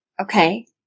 Okay